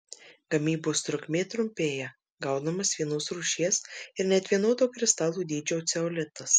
gamybos trukmė trumpėja gaunamas vienos rūšies ir net vienodo kristalų dydžio ceolitas